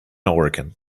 organ